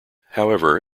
however